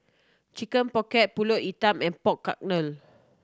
Chicken Pocket Pulut Hitam and pork